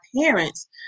parents